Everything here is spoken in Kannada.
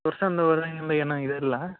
ಹೋದಾಗಿಂದ ಏನು ಇದಿಲ್ಲ